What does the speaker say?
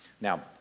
Now